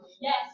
Yes